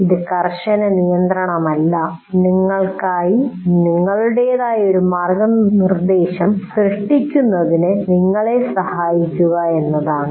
ഇത് കർശന നിയന്ത്രണമല്ല നിങ്ങൾക്കായി നിങ്ങളുടേതായ ഒരു മാർഗ്ഗനിർദ്ദേശം സൃഷ്ടിക്കുന്നതിന് നിങ്ങളെ സഹായിക്കുക എന്നതാണ്